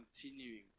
continuing